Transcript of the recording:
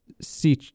see